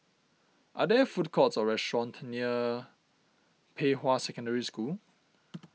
are there food courts or restaurants near Pei Hwa Secondary School